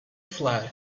fled